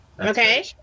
okay